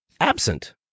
absent